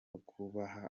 kubaha